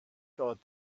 thought